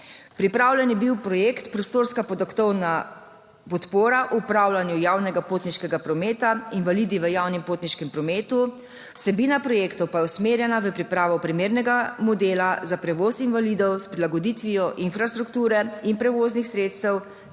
Pripravljen je bil projekt Prostorska podatkovna podpora upravljanju javnega potniškega prometa – Invalidi v javnem potniškem prometu, vsebina projektov pa je usmerjena v pripravo primernega modela za prevoz invalidov s prilagoditvijo infrastrukture in prevoznih sredstev,